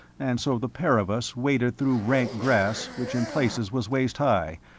and so the pair of us waded through rank grass which in places was waist high,